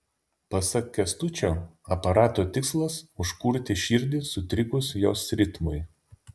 pasak kęstučio aparato tikslas užkurti širdį sutrikus jos ritmui